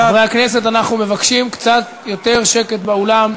חברי הכנסת, אנחנו מבקשים קצת יותר שקט באולם.